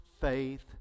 faith